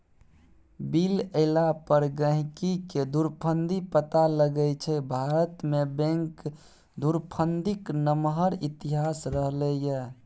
bill एला पर गहिंकीकेँ धुरफंदी पता लगै छै भारतमे बैंक धुरफंदीक नमहर इतिहास रहलै यै